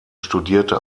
studierte